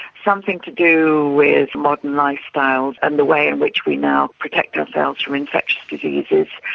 something to do with modern lifestyles and the way in which we now protect ourselves from infectious diseases,